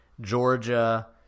georgia